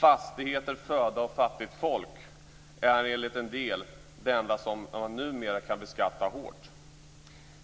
Fastigheter, föda och fattigt folk är enligt en del det enda som numera kan beskattas hårt,